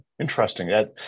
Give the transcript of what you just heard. interesting